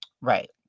Right